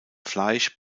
fleisch